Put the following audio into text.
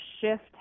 shift